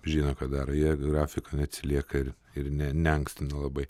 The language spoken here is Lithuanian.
žino ką daro jie grafiko neatsilieka ir ir ne neankstina labai